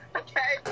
okay